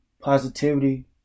positivity